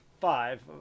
five